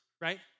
right